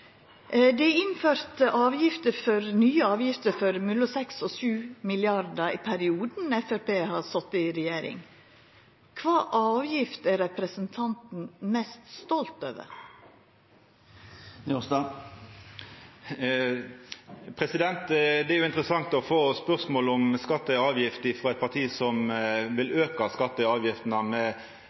Det er innført nye avgifter for mellom 6 og 7 mrd. kr i perioden Framstegspartiet har sete i regjering. Kva avgifter er representanten mest stolt over? Det er jo interessant å få spørsmål om skattar og avgifter frå eit parti som no vil auka skattane og avgiftene med